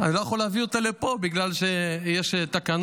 אני לא יכול להביא אותה לפה, בגלל שיש תקנות.